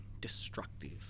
destructive